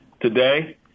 today